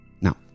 Now